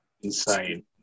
Insane